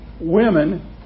women